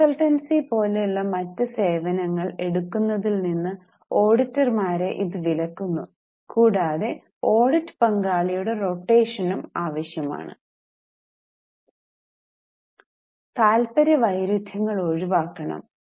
consultancy പോലുള്ള മറ്റ് സേവനങ്ങൾ എടുക്കുന്നതിൽ നിന്ന് ഓഡിറ്റർമാരെ ഇത് വിലക്കുന്നു കൂടാതെ ഓഡിറ്റ് പങ്കാളിയുടെ റൊട്ടേഷനും ആവശ്യമാണ് താൽപ്പര്യ വൈരുദ്ധ്യങ്ങൾ ഒഴിവാക്കണം